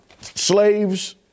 Slaves